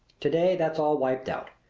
to-day that's all wiped out.